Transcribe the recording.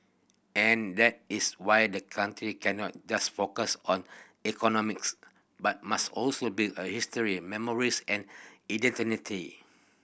and that is why the country cannot just focus on economics but must also build a history memories and